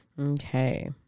Okay